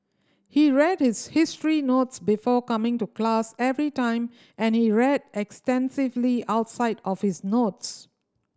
he read his history notes before coming to class every time and he read extensively outside of his notes